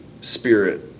spirit